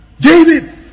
David